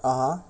(uh huh)